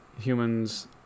humans